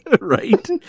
Right